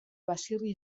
baserri